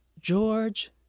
George